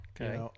okay